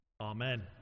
Amen